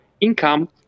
income